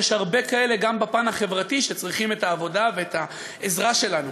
יש הרבה כאלה גם בפן החברתי שצריכים את העבודה ואת העזרה שלנו.